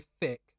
thick